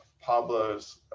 Pablo's